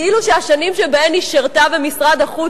כאילו השנים שבהן היא שירתה במשרד החוץ